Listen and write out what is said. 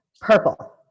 Purple